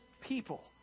people